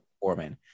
performing